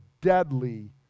deadly